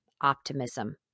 optimism